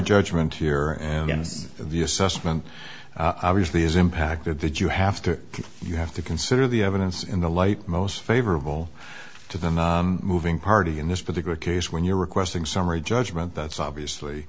judgment here and it's the assessment obviously is impacted that you have to you have to consider the evidence in the light most favorable to them moving party in this particular case when you're requesting summary judgment that's obviously